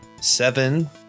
seven